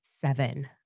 seven